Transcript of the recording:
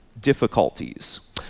difficulties